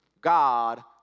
God